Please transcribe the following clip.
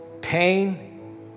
pain